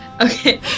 Okay